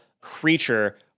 creature